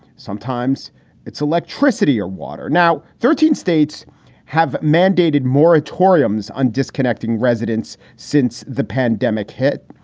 sometimes it's electricity or water. now, thirteen states have mandated moratoriums on disc. um acting residents since the pandemic hit,